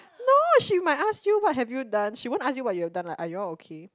no she might ask you what have you done she won't ask you what you have done lah are you all okay